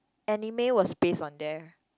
anime was based on there